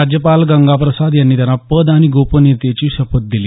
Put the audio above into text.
राज्यपाल गंगाप्रसाद यांनी त्यांना पद आणि गोपनीयतेची शपथ दिली